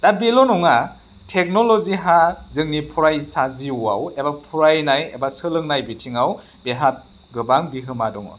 दा बेल' नङा टेक्न'ल'जिहा जोंनि फरायसा जिउआव एबा फरायनाय एबा सोलोंनाय बिथिङाव बेहा गोबां बिहोमा दङ